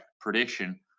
prediction